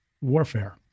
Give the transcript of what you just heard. warfare